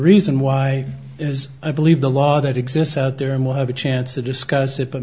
reason why is i believe the law that exists out there and will have a chance to discuss it but